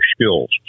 skills